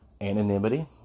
Anonymity